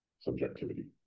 subjectivity